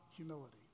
humility